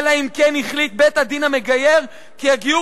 אלא אם כן החליט בית-הדין המגייר כי הגיור